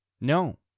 No